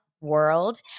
World